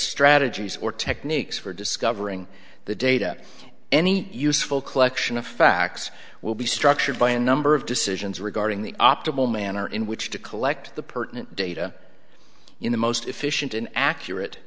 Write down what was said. strategies or techniques for discovering the data any useful collection of facts will be structured by a number of decisions regarding the optimal manner in which to collect the pertinent data in the most efficient and accurate